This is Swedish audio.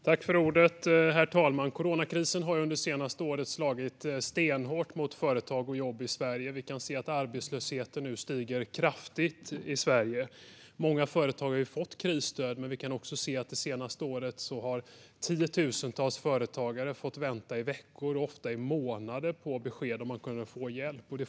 Herr talman! Coronakrisen har under det senaste året slagit stenhårt mot företag och jobb i Sverige. Vi ser att arbetslösheten nu stiger kraftigt. Många företag har fått krisstöd, men samtidigt har tiotusentals företagare under året fått vänta i veckor, ofta i månader, på besked om de får hjälp.